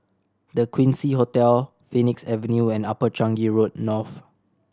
The Quincy Hotel Phoenix Avenue and Upper Changi Road North